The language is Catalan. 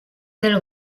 del